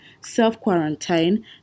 Self-quarantine